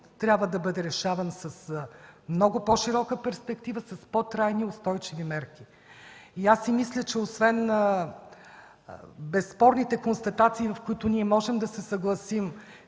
трябва да бъде решаван с много по-широка перспектива, с по-трайни устойчиви мерки. Аз си мисля, че освен безспорните констатации, с които можем да се съгласим,